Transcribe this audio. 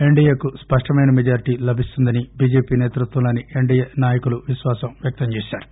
ఎన్డీఏకు స్పష్టమైన మెజార్టీ లభిస్తుందని బిజెపి సేతృత్వంలోని ఎన్దీఏ నాయకులు విశ్వాసం వ్యక్తం చేశారు